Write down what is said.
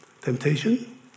temptation